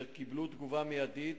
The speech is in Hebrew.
והם קיבלו תגובה מיידית.